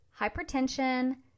Hypertension